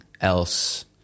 else